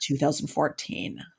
2014